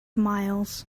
miles